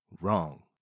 wrong